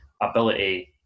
ability